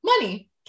money